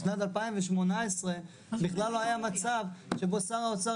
בשנת 2018 בכלל לא היה מצב שבו שר האוצר